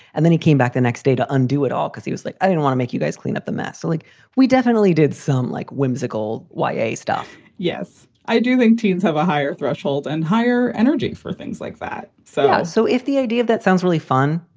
and then he came back the next day to undo it all because he was like, i don't want to make you guys clean up the mess. like we definitely did some, like, whimsical y a. stuff yes. i do think teens have a higher threshold and higher energy for things like that so. so if the idea of that sounds really fun,